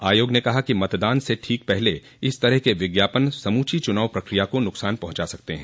आयोग ने कहा कि मतदान से ठीक पहले इस तरह के विज्ञापन समूची चुनाव प्रक्रिया को नुकसान पहुंचा सकते हैं